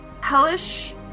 hellish